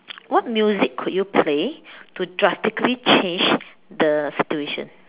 what music could you play to drastically change the situation